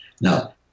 Now